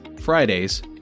Fridays